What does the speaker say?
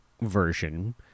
version